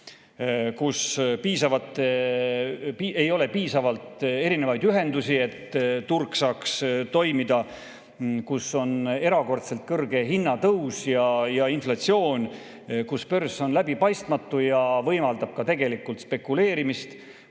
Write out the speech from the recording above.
ei ole piisavalt erinevaid ühendusi, et turg saaks toimida, on erakordselt kõrge hinnatõus ja inflatsioon, börs on läbipaistmatu ja võimaldab tegelikult spekuleerimist,